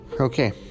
Okay